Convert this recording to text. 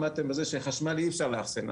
למדתם שחשמל אי-אפשר לאחסן.